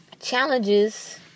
Challenges